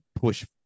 push